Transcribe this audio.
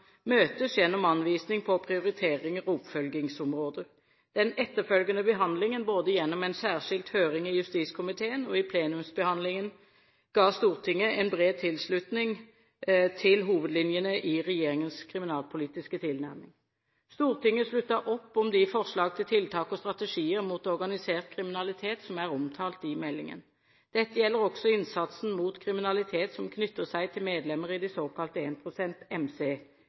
møtes gjennom anvisning på prioriteringer og oppfølgingsområder. Den etterfølgende behandlingen, både gjennom en særskilt høring i justiskomiteen og i plenumsbehandlingen, ga Stortinget en bred tilslutning til hovedlinjene i regjeringens kriminalpolitiske tilnæring. Stortinget sluttet opp om de forslag til tiltak og strategier mot organisert kriminalitet som er omtalt i meldingen. Dette gjelder også innsatsen mot kriminalitet som knytter seg til medlemmer i de såkalte